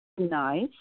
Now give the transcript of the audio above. nice